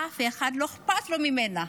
לאף אחד לא אכפת ממנה.